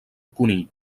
conill